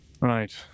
Right